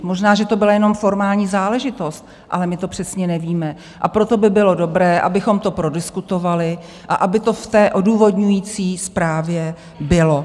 Možná že to byla jenom formální záležitost, ale my to přesně nevíme, a proto by bylo dobré, abychom to prodiskutovali a aby to v odůvodňující zprávě bylo.